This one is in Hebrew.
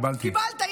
קיבלתי.